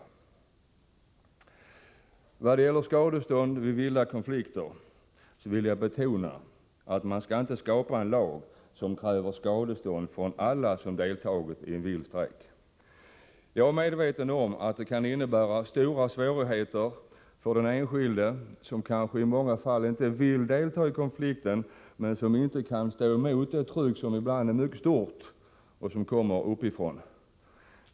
När det gäller skadestånd vid vilda strejker vill jag betona att man inte skall skapa en lag som kräver skadestånd av alla som deltagit. Jag är medveten om att det kan innebära stora svårigheter för den enskilde, som kanske i många fall inte vill delta i konflikten men inte kan stå emot trycket, som kan vara mycket starkt och som kommer uppifrån.